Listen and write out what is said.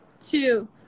two